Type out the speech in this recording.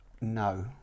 no